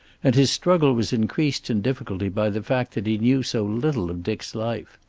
and his struggle was increased in difficulty by the fact that he knew so little of dick's life.